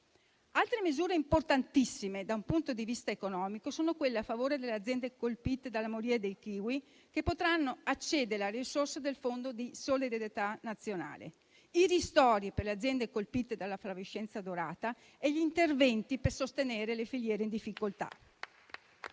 Altre misure importantissime da un punto di vista economico sono quelle a favore delle aziende colpite dalla moria dei kiwi, che potranno accedere alle risorse del fondo di solidarietà nazionale, i ristori per le aziende colpite dalla flavescenza dorata e gli interventi per sostenere le filiere in difficoltà.